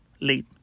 late